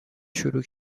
شروع